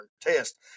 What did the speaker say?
test